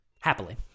Happily